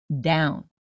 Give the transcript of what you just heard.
down